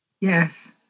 Yes